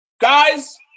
Guys